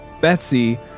Betsy